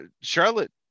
Charlotte